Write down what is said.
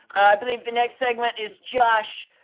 i believe the next segment is josh.